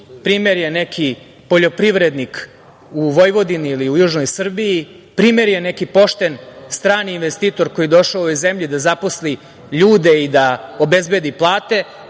primer je neki poljoprivrednik u Vojvodini ili u južnoj Srbiji, primer je neki pošten strani investitor koji je došao u ovu zemlju da zaposli ljude i da obezbedi plate